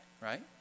right